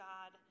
God